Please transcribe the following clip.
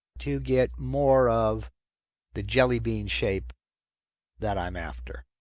to get more of the jellybean shape that i'm after.